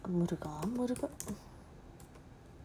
இருக்கும்:irukum